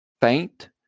faint